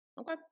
Okay